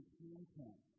content